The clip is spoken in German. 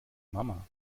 mama